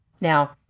Now